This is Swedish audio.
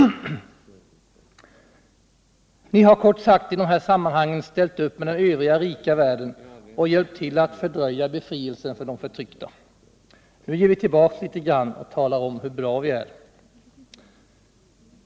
Ni har kort sagt i de här sammanhangen ställt upp tillsammans med den överiga rika världen och hjälpt till att fördröja befrielsen för de förtryckta. Nu ger ni tillbaka litet grand och talar om hur bra ni är.